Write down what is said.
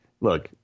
look